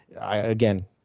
Again